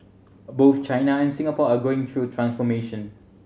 both China and Singapore are going through transformation